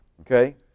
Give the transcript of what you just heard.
Okay